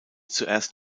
zuerst